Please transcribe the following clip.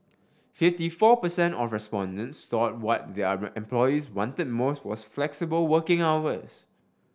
fifty four per cent of respondents thought what their employees wanted most was flexible working hours